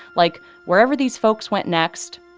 like wherever these folks went next,